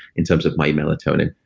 in terms of my melatonin.